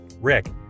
Rick